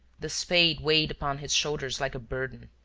the spade weighed upon his shoulders like a burden.